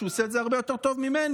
והוא עושה את זה הרבה יותר טוב ממני.